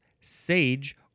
sage